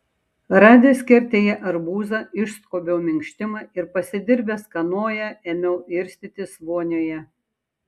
radęs kertėje arbūzą išskobiau minkštimą ir pasidirbęs kanoją ėmiau irstytis vonioje